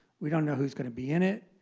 we don't know who's going to be in it,